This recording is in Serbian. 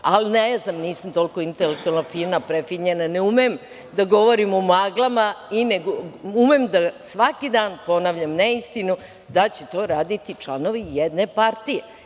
Ali, ne znam, nisam toliko intelektualna, fina, prefinjena, ne umem da govorim u maglama, umem da svaki dan ponavljam neistinu da će to raditi članovi jedne partije.